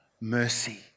mercy